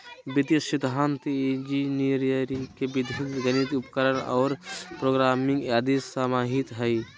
वित्तीय सिद्धान्त इंजीनियरी के विधि गणित के उपकरण और प्रोग्रामिंग आदि समाहित हइ